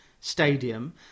Stadium